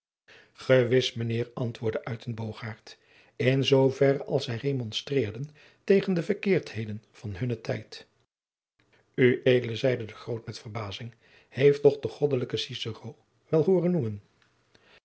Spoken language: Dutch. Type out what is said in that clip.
gewis mijnheer antwoordde uytenbogaert in zooverre als zij remonstreerden tegen de verkeerdheden van hunnen tijd ued zeide de groot met verbazing heeft toch den goddelijken cicero wel hooren noemen